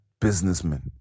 businessman